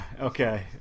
Okay